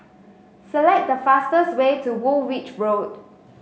select the fastest way to Woolwich Road